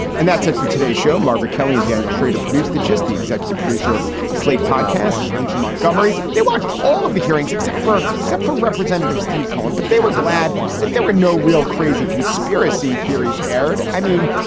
and that's it for today show margaret kelly at the annual free to produce the just the executive producer of slate podcasts, alicia montgomery. they watched all of the hearings except for except for representative steve cohen. but they were glad that there were no real crazy conspiracy theories aired i mean,